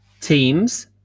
teams